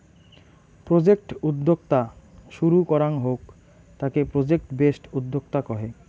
project উদ্যোক্তা শুরু করাঙ হউক তাকে প্রজেক্ট বেসড উদ্যোক্তা কহে